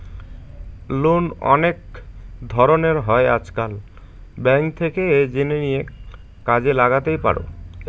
loan অনেক ধরনের হয় আজকাল, ব্যাঙ্ক থেকে জেনে নিয়ে কাজে লাগাতেই পারো